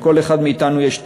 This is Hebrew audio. לכל אחד מאתנו יש טלפון.